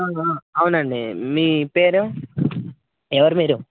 అవునండి మీ పేరు ఎవరు మీరు